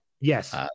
Yes